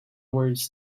words